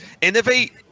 Innovate